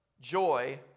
joy